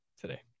today